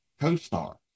co-star